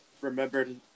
remembered